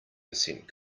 percent